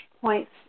points